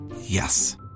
Yes